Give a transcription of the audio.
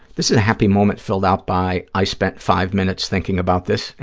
this is a happy moment filled out by i spent five minutes thinking about this,